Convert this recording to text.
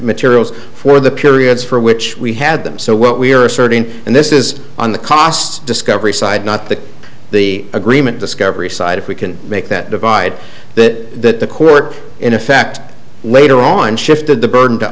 materials for the periods for which we had them so what we are asserting and this is on the cost discovery side not the the agreement discovery side if we can make that divide that the court in effect later on shifted the burden to